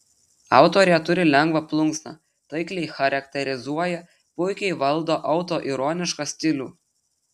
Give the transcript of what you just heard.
autorė turi lengvą plunksną taikliai charakterizuoja puikiai valdo autoironišką stilių